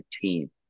team